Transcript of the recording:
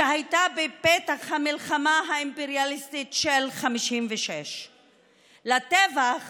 שהייתה בפתח המלחמה האימפריאליסטית של 1956. לטבח